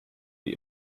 die